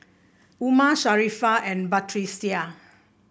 Umar Sharifah and Batrisya